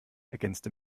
ergänzte